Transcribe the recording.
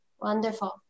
Wonderful